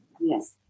Yes